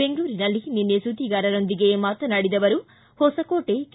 ಬೆಂಗಳೂರಿನಲ್ಲಿ ನಿನ್ನೆ ಸುದ್ದಿಗಾರರೊಂದಿಗೆ ಮಾತನಾಡಿದ ಅವರು ಹೊಸಕೋಟೆ ಕೆ